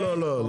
לא לא,